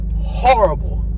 horrible